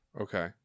Okay